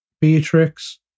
Beatrix